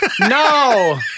No